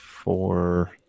four